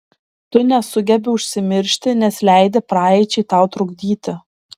tu nesugebi užsimiršti nes leidi praeičiai tau trukdyti